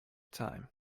time